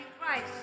Christ